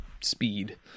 Speed